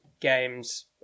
games